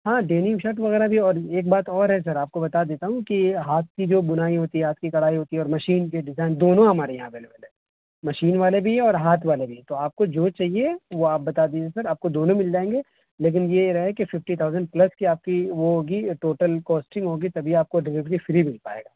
ہاں denim shirt وغیرہ بھی اور ایک بات اور ہے سر آپ کو بتا دیتا ہوں کہ ہاتھ کی جو بنائی ہوتی ہے ہاتھ کی کڑھائی ہوتی ہے اور مشین کے ڈیزائن دونوں ہمارے یہاں اویلیبل ہیں مشین والے بھی اور ہاتھ والے بھی تو آپ کو جو چاہیے وہ آپ بتا دیں سر آپ کو دونوں مل جائیں گے لیکن یہ رہے کہ ففٹی تھاؤزنٹ پلس کے آپ کی وہ ہوگی ٹوٹل کوسٹنگ ہوگی تبھی آپ کو ڈلیوری فری مل پائے گا